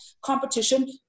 competition